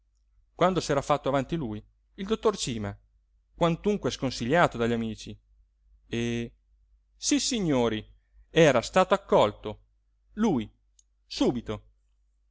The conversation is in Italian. quando s'era fatto avanti lui il dottor cima quantunque sconsigliato dagli amici e sissignori era stato accolto lui subito